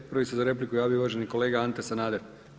Prvi se za repliku javio uvaženi kolega Ante Sanader.